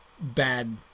bad